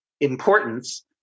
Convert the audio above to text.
importance